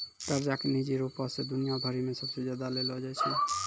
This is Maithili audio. कर्जा के निजी रूपो से दुनिया भरि मे सबसे ज्यादा लेलो जाय छै